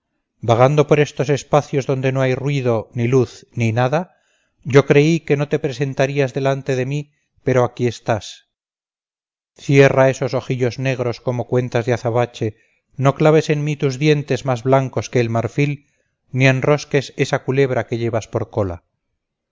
vagando por estos espacios donde no hay ruido ni luz ni nada yo creí que no te presentarías delante de mí pero aquí estás cierra esos ojillos negros como cuentas de azabache no claves en mí tus dientes más blancos que el marfil ni enrosques esa culebra que llevas por cola